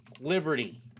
Liberty